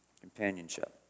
Companionship